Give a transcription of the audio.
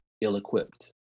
ill-equipped